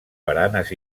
baranes